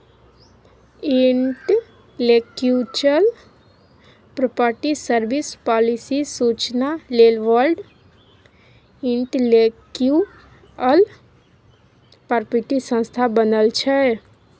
intellectual property service, policy सुचना लेल world intellectual property संस्था बनल छै